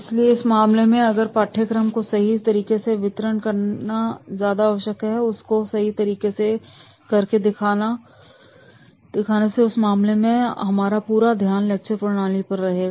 इसलिए इस मामले में अगर पाठ्यक्रम को सही से वितरण करना ज्यादा आवश्यक है उसको सही तरीके से करके दिखाने से तो इस मामले में हमारा पूरा ध्यान लेक्चर प्रणाली पर रहेगा